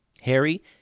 Harry